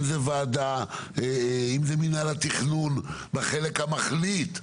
אם זה ועדה, אם זה מינהל התכנון בחלק המחליט.